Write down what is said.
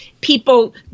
people